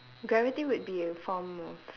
gravity would be a form of